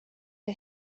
der